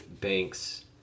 banks